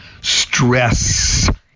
Stress